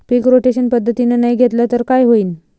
पीक rotation पद्धतीनं नाही घेतलं तर काय होईन?